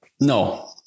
no